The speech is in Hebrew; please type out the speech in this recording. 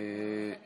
אני